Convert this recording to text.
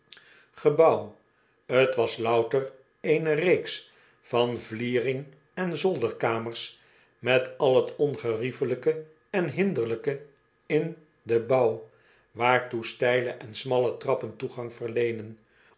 gebouw t was louter eene reeks van vliering en zolderkamers met al t ongeriefelijke en hinderlijke in den bouw waartoe steile en smalle trappen toegang verleenen